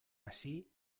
así